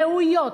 ראויות,